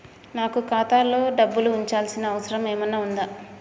నాకు ఖాతాలో డబ్బులు ఉంచాల్సిన అవసరం ఏమన్నా ఉందా?